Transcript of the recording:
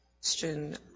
question